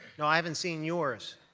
you know i haven't seen yours.